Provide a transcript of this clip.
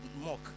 mock